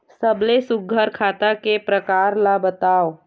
सबले सुघ्घर खाता के प्रकार ला बताव?